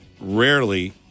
Rarely